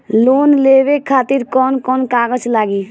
Loan लेवे खातिर कौन कौन कागज लागी?